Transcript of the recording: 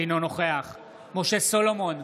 אינו נוכח משה סולומון,